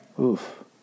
Oof